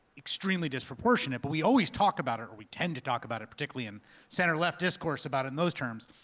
extremely disproportionate, but we always talk about it, or we tend to talk about it particularly in center left discourse about it in those terms.